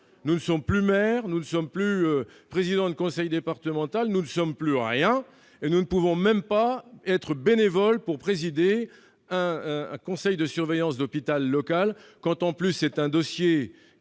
nous ne sommes plus maires, nous ne sommes plus présidents de conseil départemental, nous ne sommes plus rien. Nous ne pouvons même pas présider bénévolement le conseil de surveillance d'un hôpital local, quand bien même ce dossier